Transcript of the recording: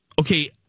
okay